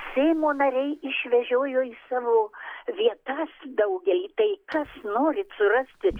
seimo nariai išvežiojo į savo vietas daugelį tai kas norit surasti